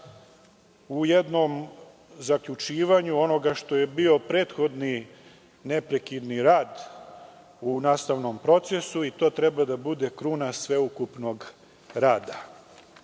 u jednom zaključivanju onoga što je bio prethodni neprekidni rad u nastavnom procesu i to treba da bude kruna sveukupnog